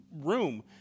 room